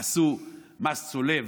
עשו מס צולב,